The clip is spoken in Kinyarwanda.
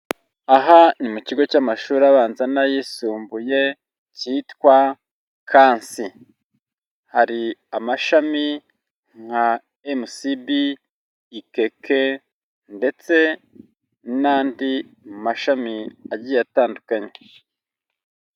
Aha ni mu kigo cy'amashuri abanza n'ayisumbuye cyitwa Kansi, hari amashami nka MCB, EKK ndetse n'andi mashami agiye atandukanye.